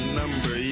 number